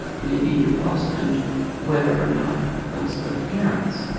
maybe you questioned whether or not those were the parents.